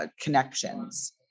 connections